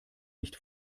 nicht